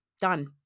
done